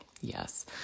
yes